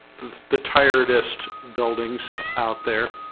the the tiredest buildings out there